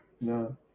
No